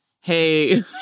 Hey